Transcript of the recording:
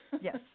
yes